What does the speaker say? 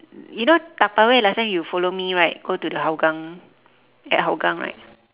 you know tupperware last time you follow me right go to the hougang at hougang right